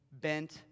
bent